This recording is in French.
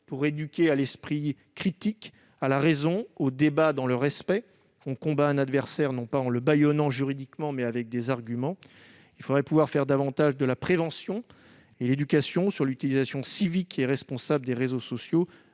pour éduquer à l'esprit critique, à la raison, au débat dans le respect : on combat un adversaire non pas en le bâillonnement juridiquement, mais avec des arguments. Il faudrait pouvoir faire davantage de prévention et d'éducation sur une utilisation civique et responsable des réseaux sociaux.